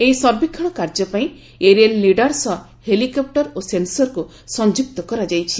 ଏହି ସର୍ବେକ୍ଷଣ କାର୍ଯ୍ୟପାଇଁ ଏରିଏଲ୍ ଲିଡାର୍ ସହ ହେଲିକପୁର ଓ ସେନ୍ସର୍କୁ ସଂଯୁକ୍ତ କରାଯାଇଛି